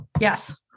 Yes